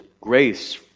grace